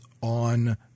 on